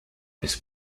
this